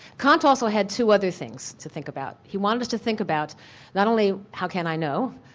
kant also had two other things to think about. he wanted to think about not only, how can i know,